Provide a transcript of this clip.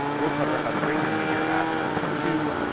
we'll cover how to bring your meteor app to